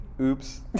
Oops